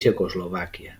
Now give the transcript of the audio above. txecoslovàquia